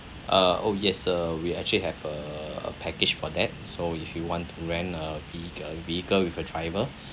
uh oh yes uh we actually have err a package for that so if you want to rent a vehi~ uh vehicle with a driver